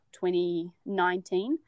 2019